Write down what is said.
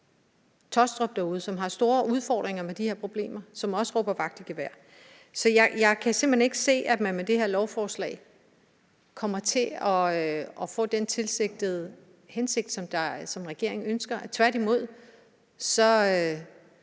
Taastrup, som har store udfordringer med de her problemer, og som også råber vagt i gevær. Så jeg kan simpelt hen ikke se, at man med det her lovforslag kommer til at få den tilsigtede virkning, som er regeringens hensigt, og